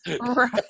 right